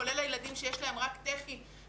כולל הילדים שיש להם רק תוכנית חינוכית יחידנית,